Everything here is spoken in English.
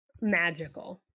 magical